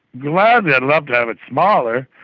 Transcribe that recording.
gladly i'd love to have it smaller.